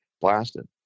blasted